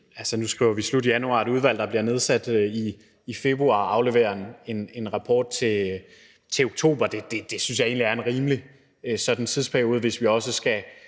nu skriver vi slut januar, og med et udvalg, der bliver nedsat i februar og afleverer en rapport til oktober, synes jeg egentlig, det er en rimelig tidsperiode, hvis de også skal